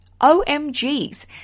OMGs